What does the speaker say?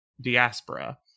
diaspora